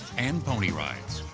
and pony rides.